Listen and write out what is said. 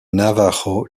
navajo